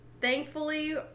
Thankfully